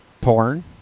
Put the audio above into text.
porn